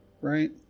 right